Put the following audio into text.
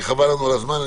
חבל לנו על הזמן,